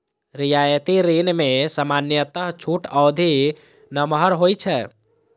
रियायती ऋण मे सामान्यतः छूट अवधि नमहर होइ छै